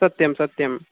सत्यं सत्यम्